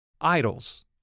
Idols